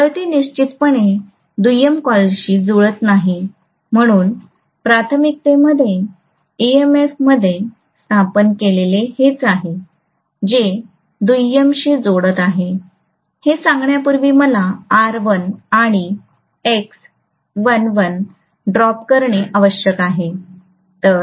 गळती निश्चितपणे दुय्यम कॉइलशी जुळत नाही म्हणून प्राथमिकतेमध्ये EMF मध्ये स्थापन केलेले हेच आहे जे दुय्यमेशी जोडत आहे हे सांगण्यापूर्वी मला R1 आणि Xl1 ड्रॉप करणे आवश्यक आहे